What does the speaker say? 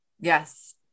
Yes